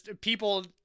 people